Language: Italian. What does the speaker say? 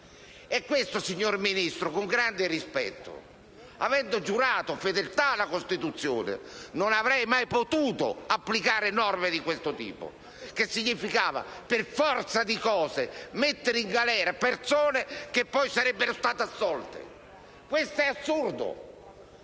posizione. Signor Ministro, con grande rispetto vorrei dirle che, avendo giurato fedeltà alla Costituzione, non avrei mai potuto applicare norme di questo tipo, perché ciò avrebbe significato, per forza di cose, mettere in galera persone che poi sarebbero state assolte. Questo è assurdo!